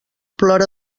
plora